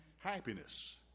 happiness